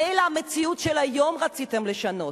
מילא שאת המציאות של היום רציתם לשנות,